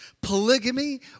Polygamy